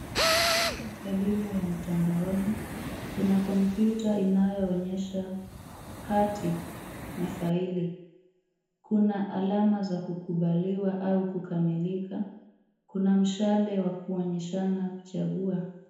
Hii ni elimu ya mtandaoni, kuna kompyuta inayoonyesha hati na faili. Kuna alama za kukubali au kukamilika, kuna mshale wa kuonyeshana kuchagua.